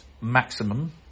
maximum